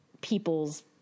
people's